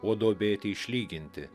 o duobėti išlyginti